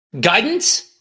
Guidance